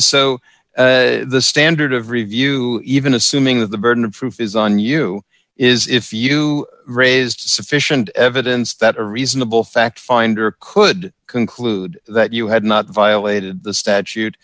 so the standard of review even assuming that the burden of proof is on you is if you raised sufficient evidence that a reasonable fact finder could conclude that you had not violated the statute